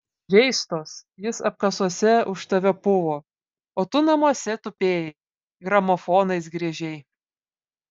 žeistos jis apkasuose už tave puvo o tu namuose tupėjai gramofonais griežei